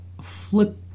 flip